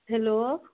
hello